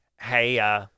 Hey